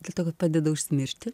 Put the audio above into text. dėl to kad padeda užsimiršti